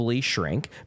shrink